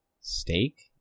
Steak